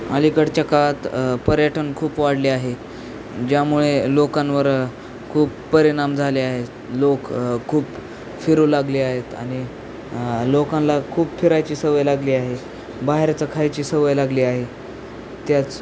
अलीकडच्या काळात पर्यटन खूप वाढले आहे ज्यामुळे लोकांवर खूप परिणाम झाले आहेत लोक खूप फिरू लागले आहेत आणि लोकांला खूप फिरायची सवय लागली आहे बाहेरचं खायची सवय लागली आहे त्याच